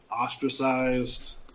ostracized